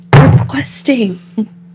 Requesting